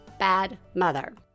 BADMOTHER